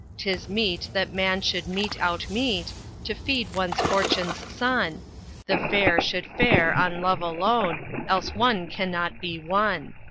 tis meet that man should mete out meat to feed one's fortune's sun the fair should fare on love alone, else one cannot be won.